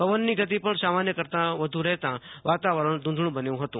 પવનની ગતિ પણ સામાન્ય કરતાં થોડી વધુ રહેતા વાતાવરણમાં ઘૂંધૂળું બન્યું હતું